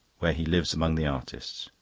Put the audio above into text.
where he lives among the artists.